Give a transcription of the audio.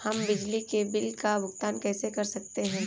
हम बिजली के बिल का भुगतान कैसे कर सकते हैं?